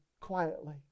quietly